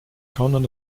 gaunern